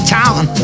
town